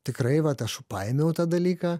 tikrai vat aš paėmiau tą dalyką